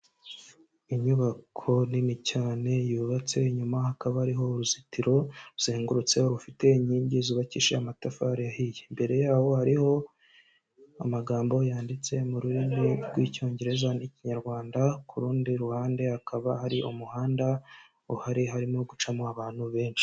Inyubako nini cyane, yubatse inyuma hakaba hari uruzitiro ruzengurutseho, rufite inkingi zubakishije amatafari ahiye. Imbere yaho hariho amagambo yanditse mu rurimi rw'icyongereza n'ikinyarwanda, ku rundi ruhande hakaba hari umuhanda uhari harimo gucamo abantu benshi.